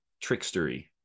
Trickstery